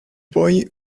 boy